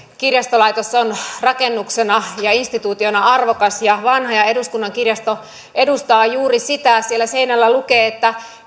kirjastolaitos on rakennuksena ja instituutiona arvokas ja vanha ja ja eduskunnan kirjasto edustaa juuri sitä siellä seinällä lukee hys